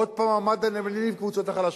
עוד הפעם, המעמד הבינוני והקבוצות החלשות.